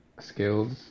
skills